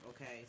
okay